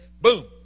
boom